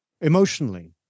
emotionally